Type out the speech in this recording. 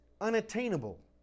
unattainable